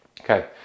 Okay